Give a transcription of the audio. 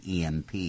EMP